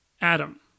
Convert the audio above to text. Adam